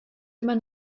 immer